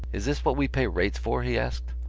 is this what we pay rates for? he asked.